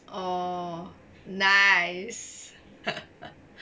oh nice